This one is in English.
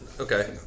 Okay